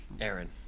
Aaron